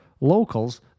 Locals